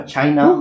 China